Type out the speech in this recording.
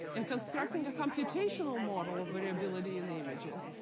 and constructing a computational model of variability in the images,